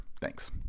thanks